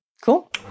Cool